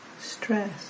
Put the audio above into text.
stress